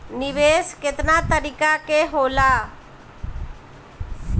निवेस केतना तरीका के होला?